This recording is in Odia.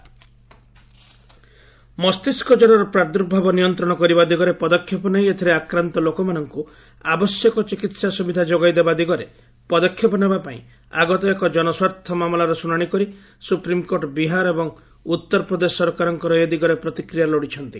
ଏସ୍ସି ଏନ୍ସେଫାଲାଇଟିସ୍ ମସ୍ତିଷ୍କ ଜ୍ୱରର ପ୍ରାର୍ଦ୍ଦଭାବ ନିୟନ୍ତ୍ରଣ କରିବା ଦିଗରେ ପଦକ୍ଷେପ ନେଇ ଏଥିରେ ଆକ୍ରାନ୍ତ ଲୋକମାନଙ୍କ ଆବଶ୍ୟକ ଚିକିତ୍ସା ସ୍ୱବିଧା ଯୋଗାଇ ଦେବା ଦିଗରେ ପଦକ୍ଷେପ ନେବା ପାଇଁ ଆଗତ ଏକ ଜନସ୍ୱାର୍ଥ ମାମଲାର ଶୁଣାଣି କରି ସ୍ୱପ୍ରିମ୍କୋର୍ଟ ବିହାର ଏବଂ ଉତ୍ତର ପ୍ରଦେଶ ସରକାରଙ୍କର ଏ ଦିଗରେ ପ୍ରତିକ୍ରିୟା ଲୋଡ଼ିଛନ୍ତି